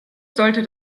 sollte